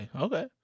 Okay